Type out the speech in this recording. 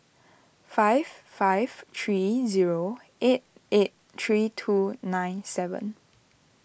five five three zero eight eight three two nine seven